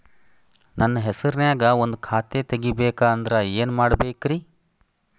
ನನ್ನ ಹೆಸರನ್ಯಾಗ ಒಂದು ಖಾತೆ ತೆಗಿಬೇಕ ಅಂದ್ರ ಏನ್ ಮಾಡಬೇಕ್ರಿ?